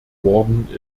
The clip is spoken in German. worden